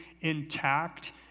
intact